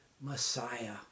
Messiah